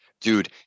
Dude